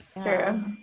True